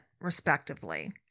respectively